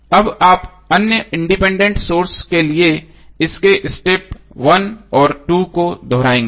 अब आप अन्य इंडिपेंडेंट सोर्सों के लिए इसके स्टेप 1 और 2 को दोहराएंगे